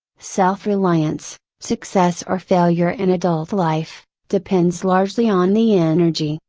self reliance, success or failure in adult life, depends largely on the energy,